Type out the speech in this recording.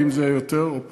אם זה יותר או פחות.